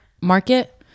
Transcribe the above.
Market